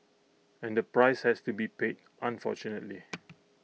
and the price has to be paid unfortunately